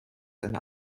deine